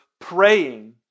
praying